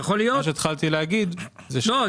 מה שהתחלתי להגיד --- לא,